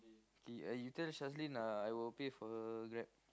okay uh you tell Shazlin uh I will pay for her Grab